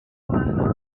they